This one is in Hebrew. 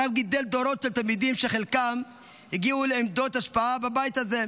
הרב גידל דורות של תלמידים שחלקם הגיעו לעמדות השפעה בבית הזה,